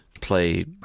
play